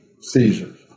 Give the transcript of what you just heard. seizures